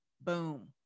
boom